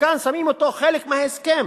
וכאן שמים זאת כחלק מההסכם.